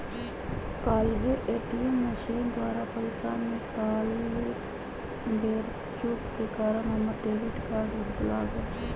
काल्हे ATM machine द्वारा पइसा निकालइत बेर चूक के कारण हमर डेबिट कार्ड भुतला गेल